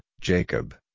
Jacob